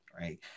right